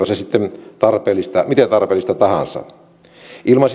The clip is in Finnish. se sitten miten tarpeellista tahansa ilman